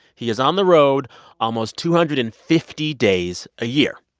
he is on the road almost two hundred and fifty days a year.